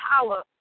power